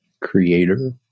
creator